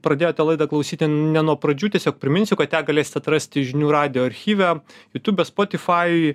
pradėjote laidą klausyti ne nuo pradžių tiesiog priminsiu kad ją galėsite atrasti žinių radijo archyve jutiube spotifajuj